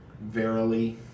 Verily